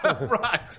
Right